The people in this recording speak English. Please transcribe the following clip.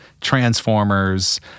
Transformers